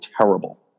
terrible